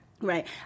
Right